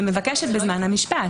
ומבקשת בזמן המשפט.